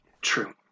true